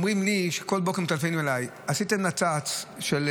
בכל בוקר מתקשרים אליי ואומרים לי: עשיתם נת"צ,